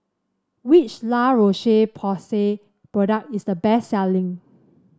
which La Roche Porsay product is the best selling